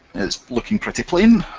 it's looking pretty plain,